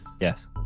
Yes